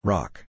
Rock